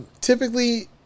Typically